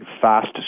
fast